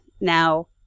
now